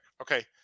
Okay